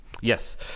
Yes